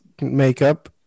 makeup